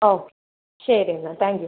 ഓ ശരി എന്നാൽ thank you